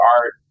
art